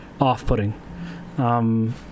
off-putting